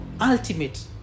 ultimate